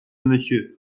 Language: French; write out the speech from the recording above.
monsieur